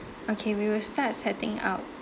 okay we will start setting up